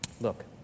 Look